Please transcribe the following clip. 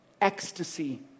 ecstasy